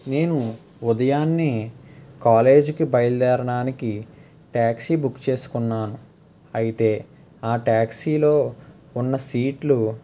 నేను ఉదయాన్నే కాలేజ్కి బయలుదేరడానికి ట్యాక్సీ బుక్ చేసుకున్నాను అయితే ఆ ట్యాక్సీలో ఉన్న సీట్లు